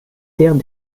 terres